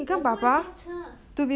我不回家车